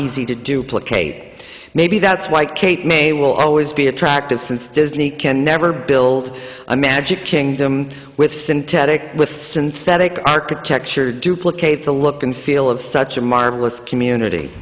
easy to duplicate maybe that's why cape may will always be attractive since disney can never build a magic kingdom with synthetic with synthetic architecture duplicate the look and feel of such a marvelous community